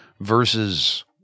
versus